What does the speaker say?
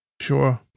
sure